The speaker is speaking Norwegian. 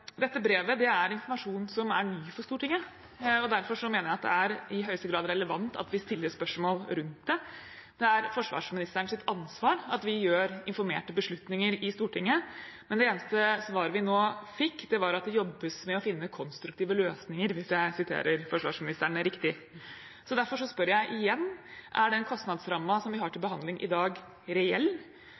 Dette brevet er informasjon som er ny for Stortinget, og derfor mener jeg at det i høyeste grad er relevant at vi stiller spørsmål rundt det. Det er forsvarsministerens ansvar at vi tar informerte beslutninger i Stortinget, men det eneste svaret vi nå fikk, var at det jobbes med å finne konstruktive løsninger, hvis jeg siterer forsvarsministeren riktig. Så derfor spør jeg igjen: Er den kostnadsrammen som vi har til behandling i dag, reell,